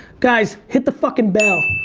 guys hit the fucking bell.